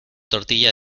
tortilla